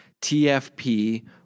TFP